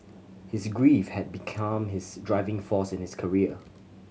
his grief had become his driving force in his career